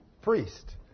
priest